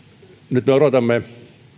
nyt me odotamme